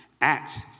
Acts